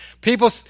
People